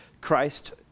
Christ